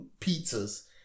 pizzas